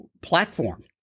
platform